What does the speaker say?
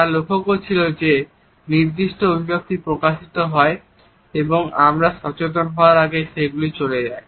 তারা লক্ষ্য করেছেন যে কিছু নির্দিষ্ট অভিব্যক্তি প্রকাশিত হয় এবং আমরা সচেতন হওয়ার আগেই সেগুলো চলেও যায়